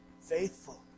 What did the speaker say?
faithful